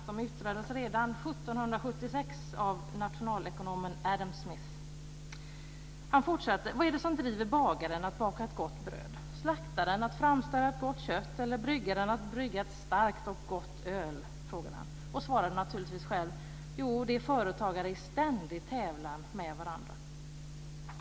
De yttrades redan Han fortsatte: Vad är det som driver bagaren att baka ett gott bröd, slaktaren att framställa ett gott kött eller bryggaren att brygga ett starkt och gott öl? Han svarade själv: Jo, det är företagare i ständig tävlan med varandra.